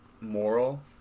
moral